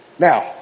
Now